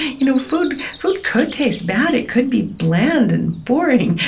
you know food food could taste bad. it could be bland and boring,